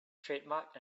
trademark